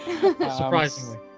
surprisingly